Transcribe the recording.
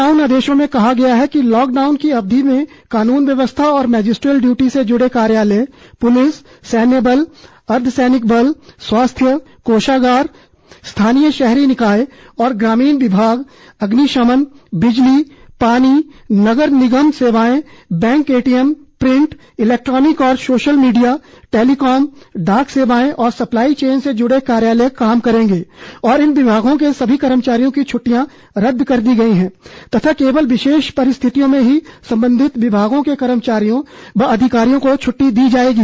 lock down आदेशों में कहा गया है कि लॉक डाउन की अवधि में कानून व्यवस्था और मैजिस्ट्रियल ड्यूटी से जुड़े कार्यालय पुलिस सैन्य बल अर्धसैनिक बल स्वास्थ्य कोषागार स्थानीय शहरी निकाय और ग्रामीण विभाग अग्निशमन बिजली पानी नगर निगम सेवाएं बैंक एटीएम प्रिंट इलेक्ट्रॉनिक और सोशल मीडिया टेलीकॉम डाक सेवाएं और सप्लाई चेन से जुड़े कार्यालय काम करेंगे और इन विभागों के सभी कर्मचारियों की छट्टियां रद्द कर दी गई हैं तथा केवल विशेष परिस्थितियों में ही संबंधित विभागों के कर्मचारियों व अधिकारियों को छुट्टी दी जाएगी